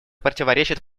противоречат